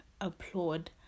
applaud